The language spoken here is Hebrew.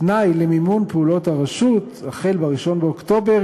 תנאי למימון פעולות הרשות החל ב-1 באוקטובר